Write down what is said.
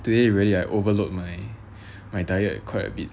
today really I overload my my diet quite a bit